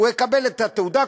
הוא יקבל את התעודה,